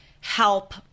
help